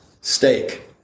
steak